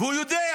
והוא יודע,